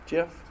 Jeff